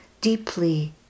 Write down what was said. deeply